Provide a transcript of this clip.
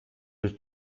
the